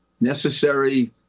necessary